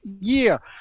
year